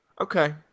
Okay